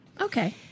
Okay